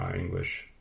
English